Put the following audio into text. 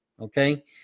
Okay